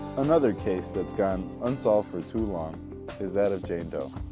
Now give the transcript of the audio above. another case that's gone unsolved for too long is that of jane doe.